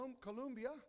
Columbia